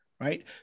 right